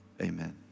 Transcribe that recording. amen